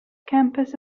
campus